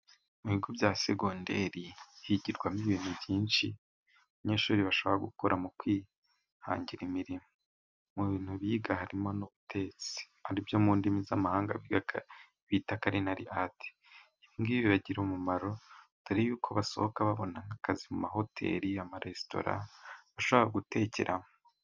Mu bigo bya segonderi higirwamo ibintu byinshi abanyeshuri bashobora gukora mu kwihangira imirimo, mu bintu biga harimo n'ubutetsi aribyo mu ndimi z'amahanga bita karinari ati. Ibi bibagirira umumaro mbere y'uko basohoka babona nk'akazi mu mahoteri cyangwa amaresitora bashobora gutekeramo.